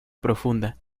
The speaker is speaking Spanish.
profunda